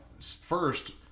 first